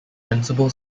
principal